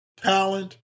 talent